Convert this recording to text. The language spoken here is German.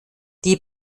die